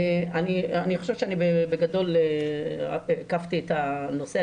אני חושבת שבגדול התייחסתי לנושא.